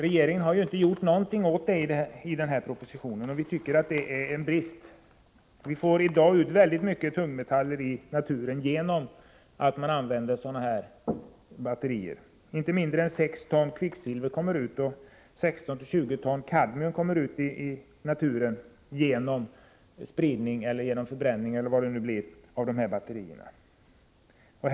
Regeringen har inte gjort någonting åt det problemet i den här propositionen, och det tycker vi är en brist. Stora mängder tungmetaller sprids i dag ut i naturen genom att man använder sådana här batterier. Inte mindre än 6 ton kvicksilver och 16-20 ton kadmium kommer ut i naturen genom förbränning eller annan hantering av dessa miljöfarliga batterier.